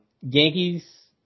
Yankees